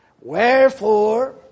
Wherefore